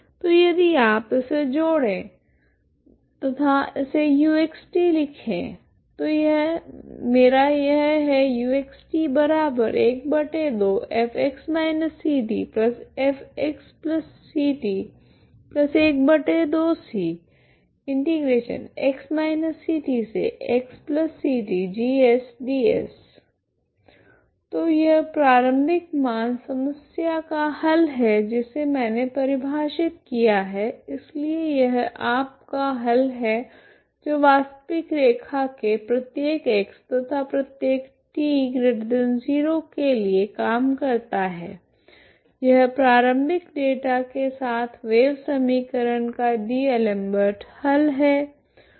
तो यदि आप इसे जोड़ दे तथा इसे uxt लिखे तो यह मेरा यह है तो यह प्रारम्भिक मान समस्या का हल है जिसे मैंने परिभाषित किया है इसलिए यह आपका हल है जो वास्तविक रेखा के प्रत्येक x तथा प्रत्येक t0 के लिए काम करता है यह प्रारंभिक डेटा के साथ वेव समीकरण का डीएलेम्बर्ट हल है